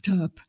up